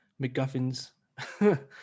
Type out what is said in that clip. MacGuffins